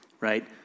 right